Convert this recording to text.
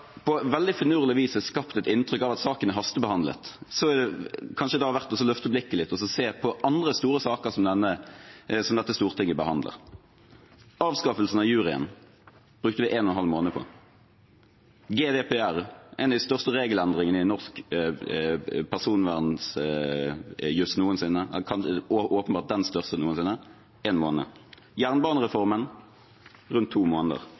på veldig finurlig vis er skapt et inntrykk av at saken er hastebehandlet, er det kanskje verdt å løfte blikket litt og se på andre store saker som dette Stortinget har behandlet: Avskaffelse av juryen brukte vi en og en halv måned på, GDPR, en av de største regelendringene i norsk personvernjus noensinne, åpenbart den største noensinne, en måned, jernbanereformen rundt to måneder,